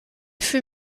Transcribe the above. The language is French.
fut